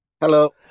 Hello